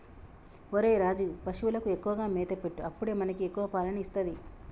ఒరేయ్ రాజు, పశువులకు ఎక్కువగా మేత పెట్టు అప్పుడే మనకి ఎక్కువ పాలని ఇస్తది